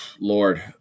Lord